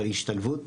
אבל השתלבות